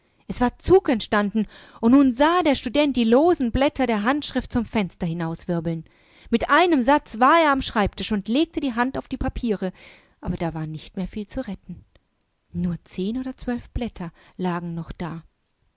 es war zug entstanden und nun sah der student die losenblätterderhandschriftzumfensterhinauswirbeln miteinemsatzwar er am schreibtisch und legte die hand auf die papiere aber da waren nicht mehr viele zu retten nur zehn oder zwölf blatter lagen noch da